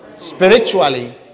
Spiritually